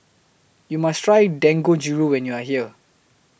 YOU must Try Dangojiru when YOU Are here